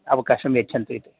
अवकाशं यच्छन्तु इति